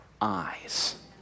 eyes